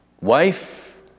wife